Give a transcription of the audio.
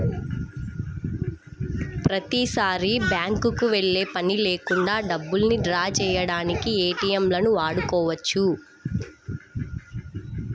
ప్రతిసారీ బ్యేంకుకి వెళ్ళే పని లేకుండా డబ్బుల్ని డ్రా చేయడానికి ఏటీఎంలను వాడుకోవచ్చు